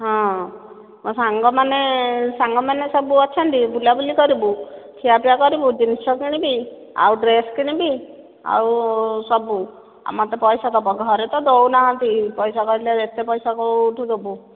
ହଁ ମୋ ସାଙ୍ଗମାନେ ସାଙ୍ଗମାନେ ସବୁ ଅଛନ୍ତି ବୁଲାବୁଲି କରିବୁ ଖିଆପିଆ କରିବୁ ଜିନିଷ କିଣିବି ଆଉ ଡ୍ରେସ୍ କିଣିବି ଆଉ ସବୁ ଆଉ ମୋତେ ପଇସା ଦେବ ଘରେ ତ ଦେଉନାହାନ୍ତି ପଇସା କହିଲେ ଏତେ ପଇସା କେଉଁଠୁ ଦେବୁ